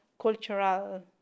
cultural